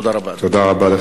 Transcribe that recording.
תודה רבה, אדוני.